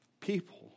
people